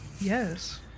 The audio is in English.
Yes